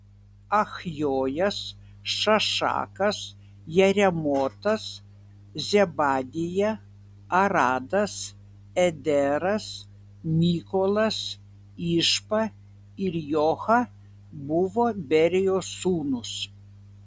achjojas šašakas jeremotas zebadija aradas ederas mykolas išpa ir joha buvo berijos sūnūs